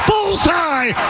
Bullseye